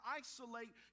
isolate